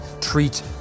treat